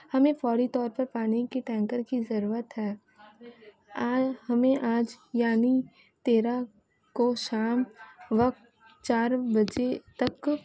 ہمیں فوری طور پر پانی کی ٹینکر کی ضرورت ہے ہمیں آج یعنی تیرہ کو شام وقت چار بجے تک